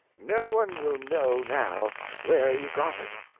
no one will know now where you got it.